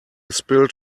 spilled